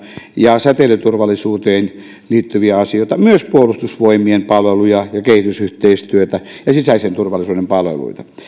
ja säteilyturvallisuuteen liittyviä asioita myös puolustusvoimien palveluja ja kehitysyhteistyötä ja sisäisen turvallisuuden palveluita